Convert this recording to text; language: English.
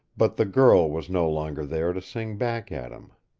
but the girl was no longer there to sing back at him.